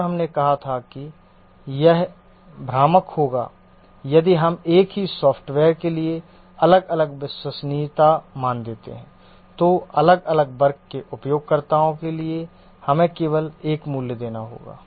और हमने कहा था कि यह भ्रामक होगा यदि हम एक ही सॉफ्टवेयर के लिए अलग अलग विश्वसनीयता मान देते हैं तो अलग अलग वर्ग के उपयोगकर्ताओं के लिए हमें केवल एक मूल्य देना होगा